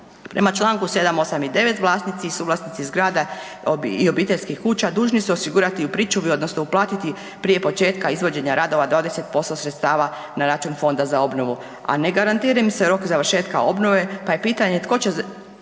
Prema čl. 7., 8. i 9. vlasnici i suvlasnici zgrada i obiteljskih kuća dužni su osigurati u pričuvi odnosno uplatiti prije početka izvođenja radova 20% sredstava na račun Fonda za obnovu, a ne garantira im se rok završetka obnove, pa je pitanje tko će